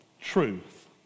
truth